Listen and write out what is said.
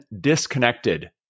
disconnected